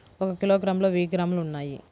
ఒక కిలోగ్రామ్ లో వెయ్యి గ్రాములు ఉన్నాయి